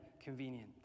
convenient